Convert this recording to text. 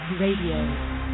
Radio